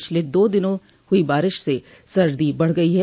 पिछले दो दिनों हुई बारिश से सर्दी बढ़ गई है